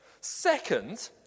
Second